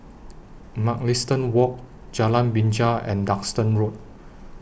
Mugliston Walk Jalan Binja and Duxton Road